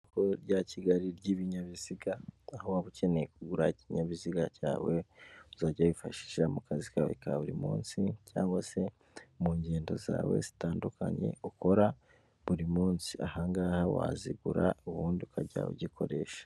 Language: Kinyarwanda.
Isoko rya Kigali ry'ibinyabiziga aho waba ukeneye kugura ikinyabiziga cyawe uzajya wifashisha mu kazi kawe ka buri munsi cyangwa se mu ngendo zawe zitandukanye ukora buri munsi, ahangaha wazigura ubundi ukajya ugikoresha.